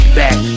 back